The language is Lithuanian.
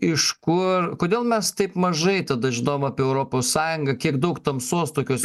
iš kur kodėl mes taip mažai tada žinom apie europos sąjungą kiek daug tamsos tokios